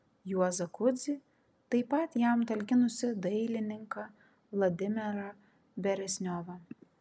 juozą kudzį taip pat jam talkinusį dailininką vladimirą beresniovą